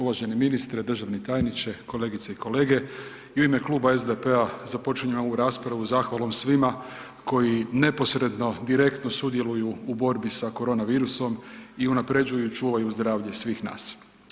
Uvaženi ministre, državni tajniče, kolegice i kolege i u ime Kluba SDP-a započinjem ovu raspravu zahvalom svima koji neposredno, direktno sudjeluju u borbi sa korona virusom i unapređuju i čuvaju zdravlje svih nas.